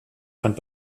fand